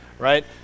right